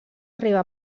arribar